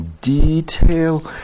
detail